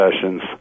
sessions